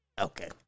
Okay